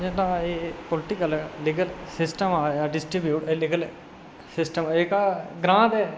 जेह्ड़ा एह् political legal system आया डिस्ट्रिक्ट लीगल सिस्टम ओह् जेह्का ग्रांऽ दे